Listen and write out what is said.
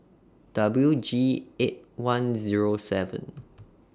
W G eight one Zero seven